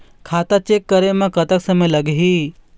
खाता चेक करे म कतक समय लगही?